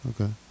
Okay